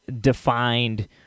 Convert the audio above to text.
defined